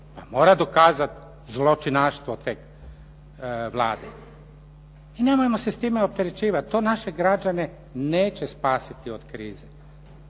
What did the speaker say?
pa mora dokazati zločinaštvo toj Vladi. I nemojmo se time opterećivati, to naše građane neće spasiti od krize.